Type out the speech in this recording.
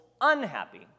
unhappy